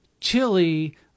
Chili